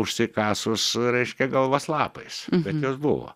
užsikasus reiškia galvas lapais bet jos buvo